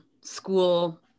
school